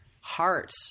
heart